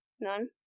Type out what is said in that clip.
None